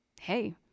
Hey